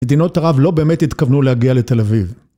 מדינות ערב לא באמת התכוונו להגיע לתל אביב.